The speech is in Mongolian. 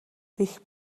гэх